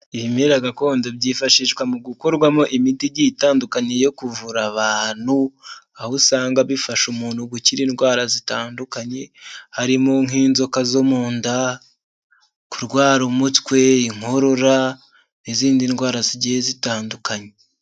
Ibimerarire gakondo byifashishwa mu gukorwamo imiti igiye itandukanyei yo kuvura abantu, aho usanga bifasha umuntu gukira indwara zitandukanye. Harimo nk'inzoka zo mu nda, kurwara umutwe, inkorora n'izindi ndwara zigiye zitandukanye.